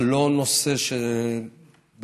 זה לא נושא ש"מעניין",